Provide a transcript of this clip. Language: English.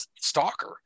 stalker